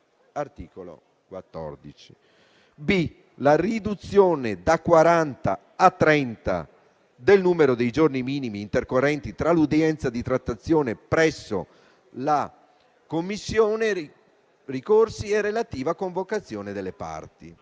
(articolo 14); la riduzione, da quaranta a trenta, del numero dei giorni minimi intercorrenti tra l'udienza di trattazione presso la Commissione ricorsi e la relativa convocazione delle parti